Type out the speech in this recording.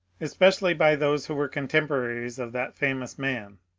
especially by those who were contem poraries of that famous man.